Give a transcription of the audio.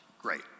Great